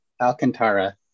Alcantara